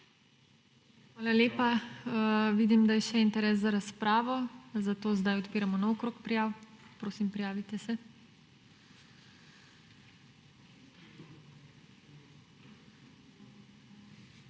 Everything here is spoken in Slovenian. Hvala lepa. Vidim, da je še interes za razpravo, zato zdaj odpiramo nov krog prijav. Prosimo, prijavite se.